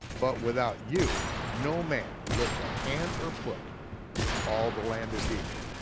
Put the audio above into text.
but without you, no man lifts a hand or foot in all the land of egypt.